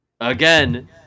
again